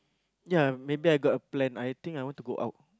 ya maybe I got a plan I think I want to go out